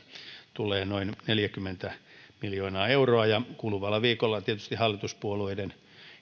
tulee noin neljäkymmentä miljoonaa euroa ja kuluvalla viikolla tietysti hallituspuolueiden